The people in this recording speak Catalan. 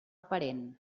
parent